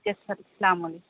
یس sir السّلام علیکم